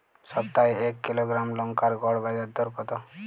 সপ্তাহে এক কিলোগ্রাম লঙ্কার গড় বাজার দর কতো?